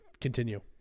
continue